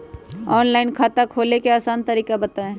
Online खाता खोले के आसान तरीका बताए?